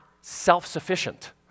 self-sufficient